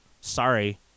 sorry